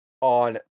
On